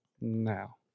now